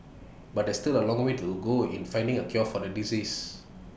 but there is still A long way to go in finding A cure for the disease